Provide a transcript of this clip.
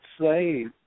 say